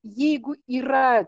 jeigu yra